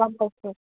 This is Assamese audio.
কৈছে